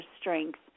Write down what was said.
strength